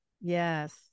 yes